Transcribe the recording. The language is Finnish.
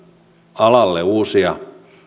alalle uusia